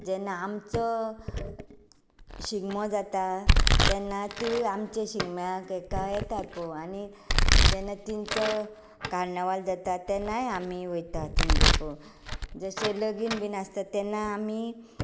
जेन्ना आमचो शिगमो जाता तेन्ना तिंवूय आमच्या शिमग्याक हाका येतात पळोवंक आनी जेन्ना तांचो कार्निवाल जातात तेन्नाय आमी वयतात तांगेर पळोवंक जशें लगीन बी आसता तेन्ना आमी